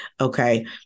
Okay